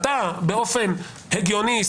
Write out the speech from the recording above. אתה באופן הגיוני,